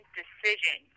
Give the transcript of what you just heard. decision